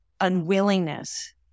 unwillingness